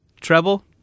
Treble